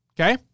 okay